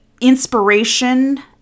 inspiration